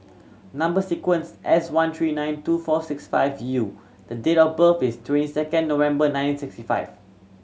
number sequence S one three nine two four six five U and date of birth is twenty second November nineteen sixty five